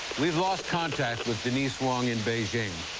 we've lost contact with deniswong in beijing.